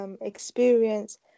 experience